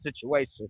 situation